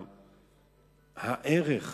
הערך,